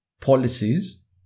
policies